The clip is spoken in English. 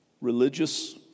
Religious